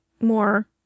more